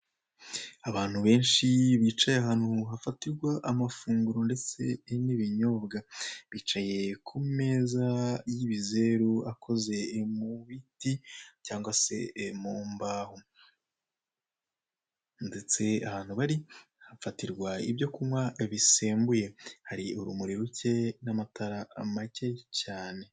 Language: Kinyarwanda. Abantu benshi bicaye ahantu hafatirwa amafunguro ndetse n'ibinyobwa bicaye ku meza y'ibizeru akoze mu biti cyangwa se mu mbaho ndetse ahantu bari hafatirwa ibyo kunywa bisembuye hari urumuri ruke n'amatara make cyane.